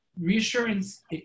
Reassurance